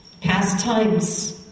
Pastimes